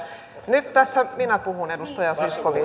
nyt minä puhun edustaja zyskowicz